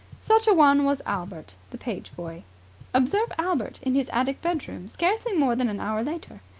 such a one was albert, the page-boy. observe albert in his attic bedroom scarcely more than an hour later.